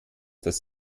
dass